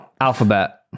Alphabet